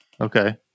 Okay